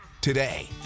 today